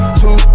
two